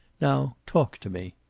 now talk to me.